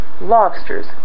lobsters